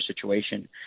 situation